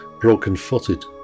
broken-footed